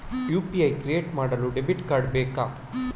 UPI create ಮಾಡಲು debit card ಬೇಕಾ?